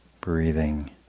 breathing